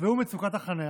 והוא מצוקת החניה.